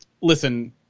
listen